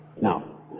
Now